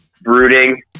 brooding